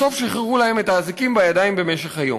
בסוף שחררו להם את האזיקים בידיים במשך היום.